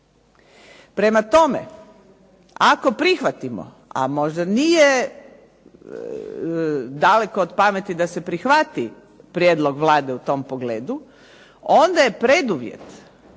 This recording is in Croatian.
Prema tome, ako prihvatimo, a možda nije daleko od pameti da se prihvati prijedlog Vlade u tom pogledu, onda je preduvjet